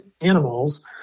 animals